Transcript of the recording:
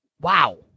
Wow